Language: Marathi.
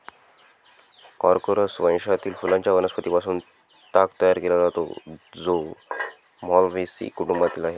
कॉर्कोरस वंशातील फुलांच्या वनस्पतीं पासून ताग तयार केला जातो, जो माल्व्हेसी कुटुंबातील आहे